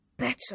better